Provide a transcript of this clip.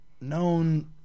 known